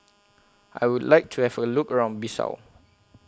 I Would like to Have A Look around Bissau